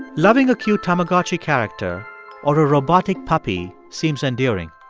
loving a cute tamagotchi character or a robotic puppy seems endearing,